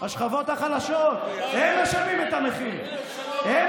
השכבות החלשות, מנסור עבאס, עבאס, עבאס.